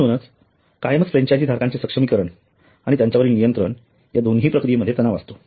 म्हणून कायमच फ्रँचायझीं धारकांचे सक्षमीकरण आणि त्यांच्यावरील नियंत्रण या दोन्ही प्रक्रियेमध्ये तणाव असतो